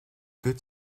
good